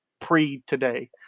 pre-today